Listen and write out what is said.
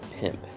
pimp